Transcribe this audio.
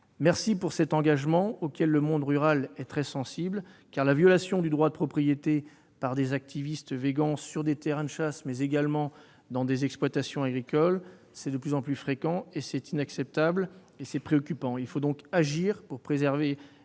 remercie de cet engagement auquel le monde rural est sensible. La violation du droit de propriété par des activistes vegans, sur des terrains de chasse, mais aussi sur des exploitations agricoles, est de plus en plus fréquente. Cette situation inacceptable est réellement préoccupante. Il faut donc agir pour préserver